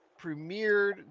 premiered